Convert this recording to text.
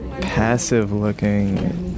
passive-looking